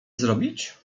zrobić